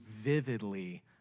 vividly